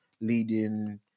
leading